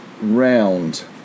round